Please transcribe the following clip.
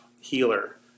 healer